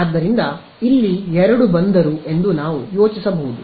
ಆದ್ದರಿಂದ ಇಲ್ಲಿ ಎರಡು ಬಂದರು ಎಂದು ನಾವು ಯೋಚಿಸಬಹುದು